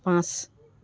পাঁচ